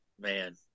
Man